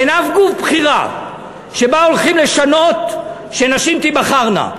אין אף גוף בחירה שבו הולכים לשנות שנשים תיבחרנה.